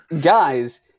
Guys